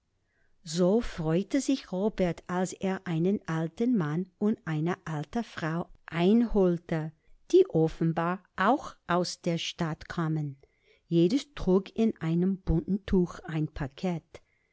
so freute sich robert als er einen alten mann und eine alte frau einholte die offenbar auch aus der stadt kamen jedes trug in einem bunten tuch ein paket